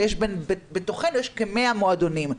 בתוכנו יש כ-100 מועדונים.